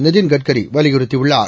Nitin கட்கரிவலியுறுத்தியுள்ளார்